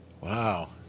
Wow